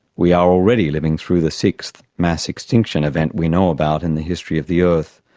we are already living through the sixth mass extinction event we know about in the history of the earth.